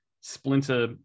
Splinter